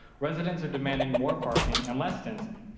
residents are demanding more parking and less density,